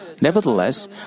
nevertheless